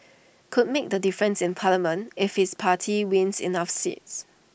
could make the difference in parliament if his party wins enough seats